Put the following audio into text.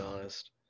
honest